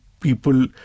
people